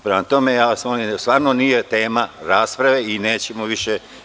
Prema tome, molim vas, stvarno nije tema rasprave i nećemo više.